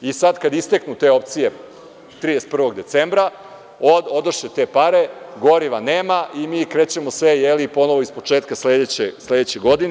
I sad kada isteknu te opcije 31. decembra, odoše te pare, goriva nema i mi krećemo ponovo iz početka sledeće godine.